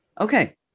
Okay